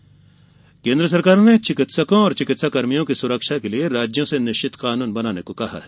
चिकित्सा नियम केंद्र सरकार ने चिकित्सकों और चिकित्साकर्मियों की सुरक्षा के लिए राज्यों से निश्चित कानून बनाने को कहा है